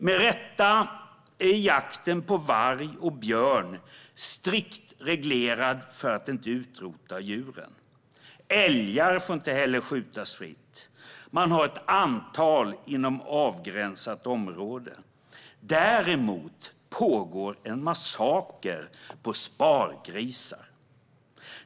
"Med rätta är jakten på varg och björn strikt reglerad för att inte utrota djuren. Älgar får inte heller skjutas fritt. Man har ett antal inom avgränsat område. Däremot pågår en massaker på spargrisar.